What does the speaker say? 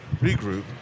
Regroup